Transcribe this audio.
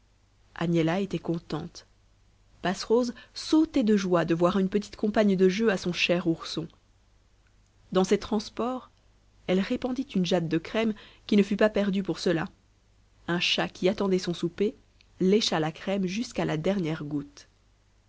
agnella était contente passerose sautait de joie de voir une petite compagne de jeu à son cher ourson dans ses transports elle répandit une jatte de crème qui ne fut pas perdue pour cela un chat qui attendait son souper lécha la crème jusqu'à la dernière goutte